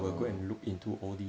orh